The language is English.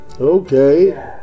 Okay